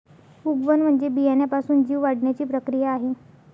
उगवण म्हणजे बियाण्यापासून जीव वाढण्याची प्रक्रिया आहे